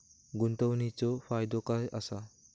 गुंतवणीचो फायदो काय असा?